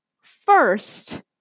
first